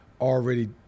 already